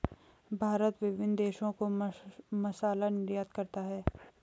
भारत विभिन्न देशों को मसाला निर्यात करता है